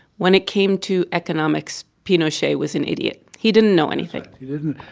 when it came to economics, pinochet was an idiot. he didn't know anything he didn't.